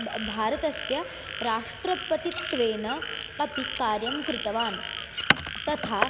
ब् भारतस्य राष्ट्रपतित्वेन अपि कार्यं कृतवान् तथा